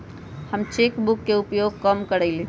हम cheque book के उपयोग कम करइले